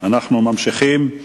אנו ממשיכים.